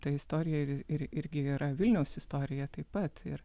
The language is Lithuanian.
ta istorija ir ir irgi yra vilniaus istorija taip pat ir